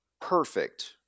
perfect